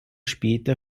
später